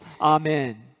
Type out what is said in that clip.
Amen